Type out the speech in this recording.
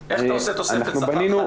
איך אתה עושה תוספת שכר חד פעמי?